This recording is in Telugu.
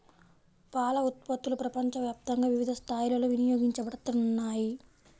పాల ఉత్పత్తులు ప్రపంచవ్యాప్తంగా వివిధ స్థాయిలలో వినియోగించబడుతున్నాయి